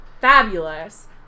fabulous